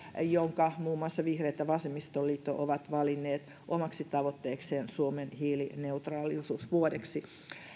jonka muun muassa vihreät ja vasemmistoliitto ovat valinneet omaksi tavoitteekseen suomen hiilineutraalisuusvuodeksi